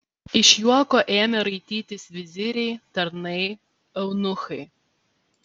iš juoko ėmė raitytis viziriai tarnai eunuchai